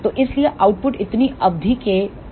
तो इसलिए आउटपुट इतनी अवधि के दिखाई देगा